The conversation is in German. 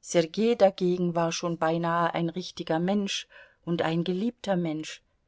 sergei dagegen war schon beinahe ein richtiger mensch und ein geliebter mensch